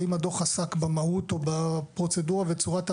האם הדוח עסק בפרוצדורה וצורת ההעסקה,